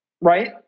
right